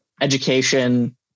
education